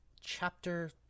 chapter